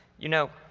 you know,